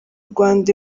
rwanda